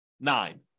nine